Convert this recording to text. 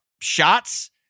shots